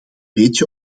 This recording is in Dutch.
beetje